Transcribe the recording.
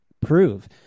prove